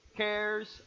cares